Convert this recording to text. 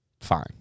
fine